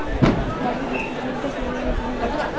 বাড়ির বিদ্যুৎ বিল টা কিভাবে মেটানো যাবে?